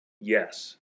Yes